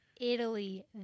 Italy